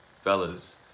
Fellas